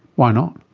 why not?